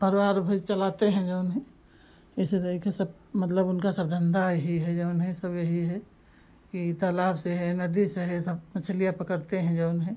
परिवार भी चलाते हैं जऊन है इसी तरीके सब मतलब उनका सब धंधा ही है जऊन है सब यही है कि तालाब से है नदी से है सब मछलियाँ पकड़ते हैं जऊन है